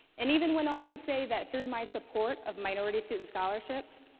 and even went on to say that through my support of minority student scholarships,